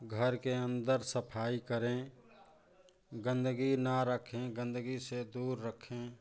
घर के अंदर सफाई करें गंदगी ना रखें गंदगी से दूर रखें